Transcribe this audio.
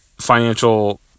financial